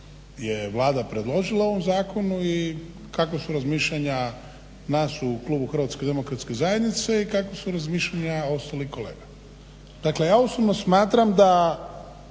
je Vlada predložila u zakonu i kakva su razmišljanja nas u Klubu HDZ-a, i kakva su razmišljanja ostalih kolega. Dakle ja osobno smatram da